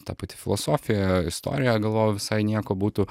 ta pati filosofija istorija galvojau visai nieko būtų